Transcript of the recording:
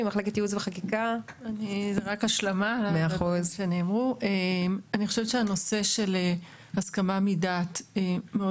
אני חושבת שהנושא של הסכמה מדעת מאוד